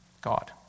God